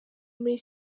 muri